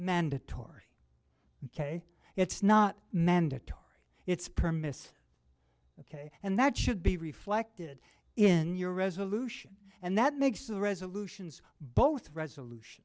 mandatory ok it's not mandatory it's permis ok and that should be reflected in your resolution and that makes the resolution